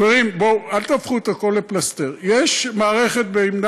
חברים, אל תהפכו את הכול פלסתר.